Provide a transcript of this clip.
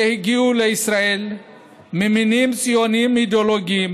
שהגיעו לישראל ממניעים ציוניים ואידיאולוגיים,